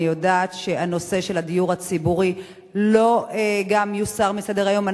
אני יודעת שהנושא של הדיור הציבורי גם לא יוסר מסדר-היום.